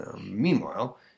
Meanwhile